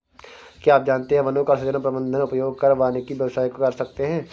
क्या आप जानते है वनों का सृजन, प्रबन्धन, उपयोग कर वानिकी व्यवसाय कर सकते है?